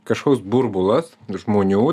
kažkoks burbulas žmonių